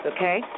okay